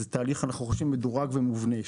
זה תהליך שאנחנו חושבים שהוא מדורג ומובנה.